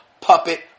puppet